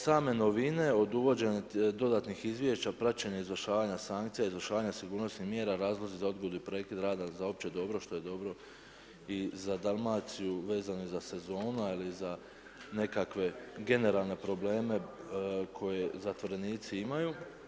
Same novine od uvođenja dodatnih izvješća praćenja izvršavanja sankcija, izvršavanja sigurnosnih mjera, razlozi za odgodu i prekid rada za opće dobro što je dobro i za Dalmaciju vezano za sezonu ili za nekakve generalne probleme koje zatvorenici imaju.